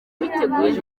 biteguye